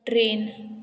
train